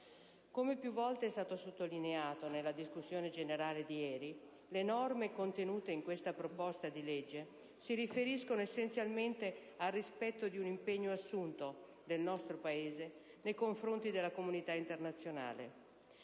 Come più volte è stato sottolineato nella discussione generale di ieri, le norme contenute in questo disegno legge si riferiscono essenzialmente al rispetto di un impegno assunto dal nostro Paese nei confronti della comunità internazionale.